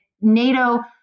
NATO